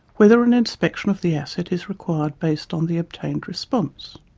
whether an inspection of the asset is required based on the obtained response.